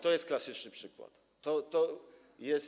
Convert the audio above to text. To jest klasyczny przykład, to jest.